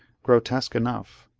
grotesque enough.